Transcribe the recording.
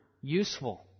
useful